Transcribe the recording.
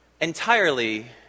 entirely